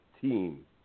team